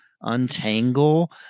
untangle